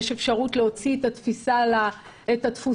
יש אפשרות להוציא את התפוסה לרחוב.